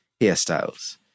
hairstyles